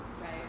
right